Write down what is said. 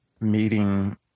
meeting